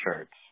shirts